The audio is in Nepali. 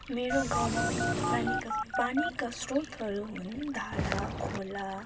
मेरो गाउँमा भएका प्रानीका पानीका श्रोतहरू हुन् धारा खोला